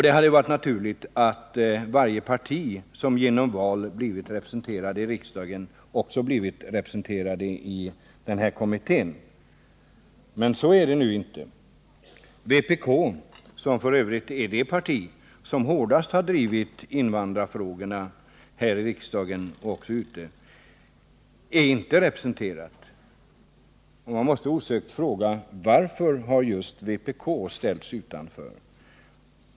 Det hade varit naturligt att varje parti som genom val blivit representerat i riksdagen också hade blivit representerat i kommittén. Men så är det inte. Vpk, som f. ö. är det parti som hårdast har drivit invandrarfrågorna här i riksdagen och även utanför riksdagen, är inte representerat. Man måste fråga sig: Varför har just vpk ställts utanför?